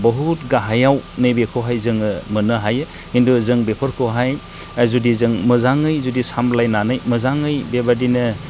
बहुद गाहायाव नै बेखौहाय जोङो मोननो हायो खिन्थु जों बेफोरखौहाय जुदि जों मोजाङै जुदि सामलायनानै मोजाङै बेबादिनो